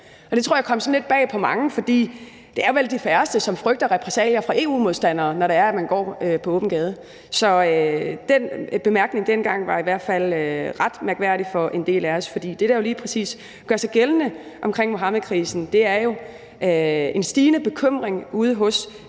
sådan lidt bag på mange, for det er vel de færreste, som frygter repressalier fra EU-modstandere, når man går på åben gade. Den bemærkning dengang var i hvert fald ret mærkværdig for en del af os, for det, der jo lige præcis gør sig gældende omkring Muhammedkrisen, er en stigende bekymring ude hos